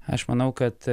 aš manau kad